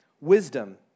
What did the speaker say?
Wisdom